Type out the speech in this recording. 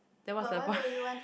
then what's the point